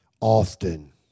often